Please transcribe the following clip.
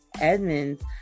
Edmonds